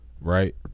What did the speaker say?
right